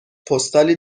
پستالی